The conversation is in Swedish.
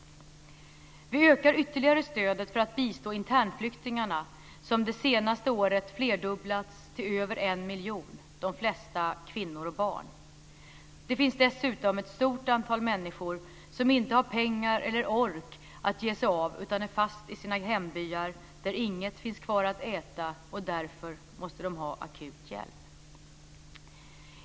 Vi ökar ytterligare stödet för att bistå internflyktingarna, som det senaste året flerdubblats till över 1 miljon, de flesta kvinnor och barn. Det finns dessutom ett stort antal människor som inte har pengar eller ork att ge sig av utan är fast i sina hembyar. Där finns inget kvar att äta, och därför måste de ha akut hjälp.